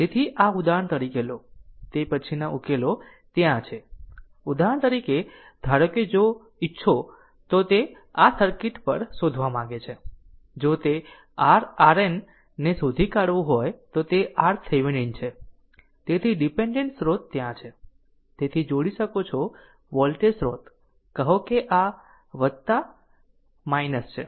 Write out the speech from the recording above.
તેથી આ ઉદાહરણ તરીકે લો તે પછીના ઉકેલો ત્યાં છે ઉદાહરણ તરીકે ધારો કે જો ઇચ્છો તો તે આ સર્કિટ પર શોધવા માંગે છે જો તે r RN ને શોધી કાઢવું હોય તો તે RThevenin છે તેથી ડીપેન્ડેન્ટ સ્રોત ત્યાં છે તેથી જોડી શકો છો વોલ્ટેજ સ્ત્રોત કહો કે આ છે